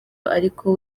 ariko